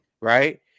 right